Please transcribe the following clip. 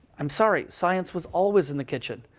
i'm sorry, science was always in the kitchen.